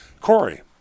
Corey